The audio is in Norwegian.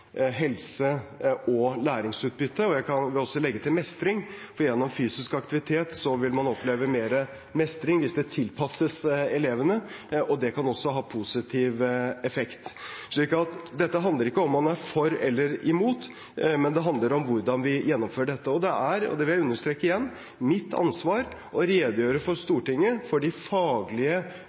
helse og læringsutbytte – og jeg kan også legge til mestring, for gjennom fysisk aktivitet vil man oppleve mer mestring hvis det tilpasses elevene. Det kan også ha positiv effekt. Så dette handler ikke om man er for eller imot, men det handler om hvordan vi gjennomfører dette. Det er – det vil jeg understreke igjen – mitt ansvar å redegjøre for Stortinget for de faglige